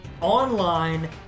online